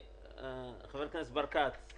חבר הכנסת ברקת,